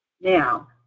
Now